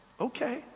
okay